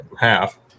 half